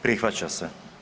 Prihvaća se.